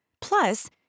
Plus